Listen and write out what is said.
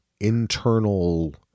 internal